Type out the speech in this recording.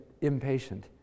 impatient